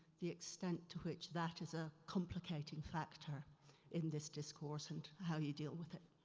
the extent to which that is a complicating factor in this discourse and how you deal with it.